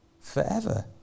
forever